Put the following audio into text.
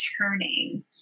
turning